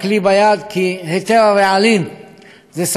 כי היתר הרעלים זו סמכות שלך,